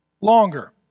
longer